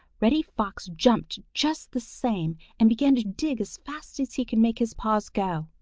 reddy fox jumped just the same and began to dig as fast as he could make his paws go.